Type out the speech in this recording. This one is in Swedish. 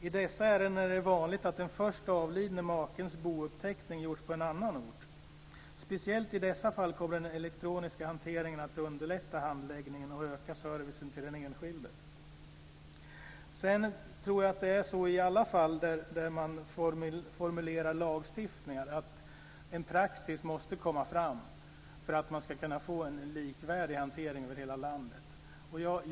I dessa ärenden är det vanligt att den först avlidne makens bouppteckning gjorts på en annan ort. Speciellt i dessa fall kommer den elektroniska hanteringen att underlätta handläggningen och öka servicen till den enskilde. Sedan tror jag att det är så i alla fall där man formulerar lagstiftning att en praxis måste komma fram för att man ska kunna få en likvärdig hantering över hela landet.